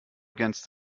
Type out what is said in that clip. against